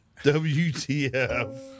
WTF